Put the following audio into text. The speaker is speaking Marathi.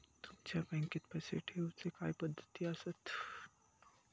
तुमच्या बँकेत पैसे ठेऊचे काय पद्धती आसत?